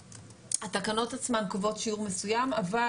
התקנות עצמן קובעות שיעור מסוים אבל